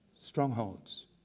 strongholds